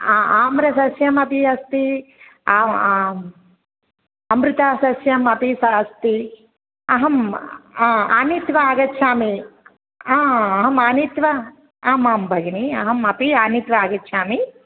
आ आम्रसस्यमपि अस्ति अमृतसस्यमपि स अस्ति अहम् आ आनीत्वा आगच्छामि अहम् आनीत्वा आम् आम् भगिनी अहम् अपि आनित्वा आगच्छामि